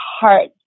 heart